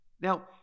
Now